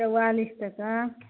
चैआलिस टका